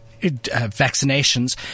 vaccinations